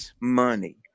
money